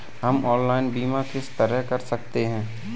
हम ऑनलाइन बीमा किस तरह कर सकते हैं?